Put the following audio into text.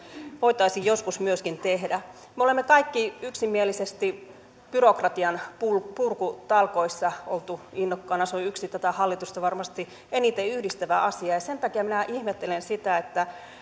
voitaisiin joskus myöskin tehdä me olemme kaikki yksimielisesti byrokratian purkutalkoissa olleet innokkaina se on yksi tätä hallitusta varmasti eniten yhdistävä asia ja sen takia minä ihmettelen sitä